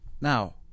Now